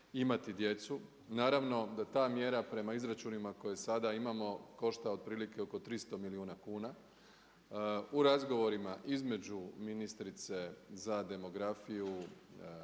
imati djecu. Naravno da ta mjera prema izračunima koje sada imamo košta otprilike oko 300 milijuna kuna. U razgovorima između ministrice za demografiju,